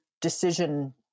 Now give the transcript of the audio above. decision